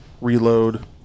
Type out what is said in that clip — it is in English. reload